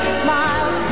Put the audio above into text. smile